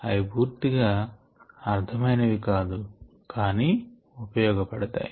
అవి పూర్తిగా అర్ధమైనవి కాదు కానీ ఉపయోగపడతాయి